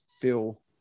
feel